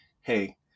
hey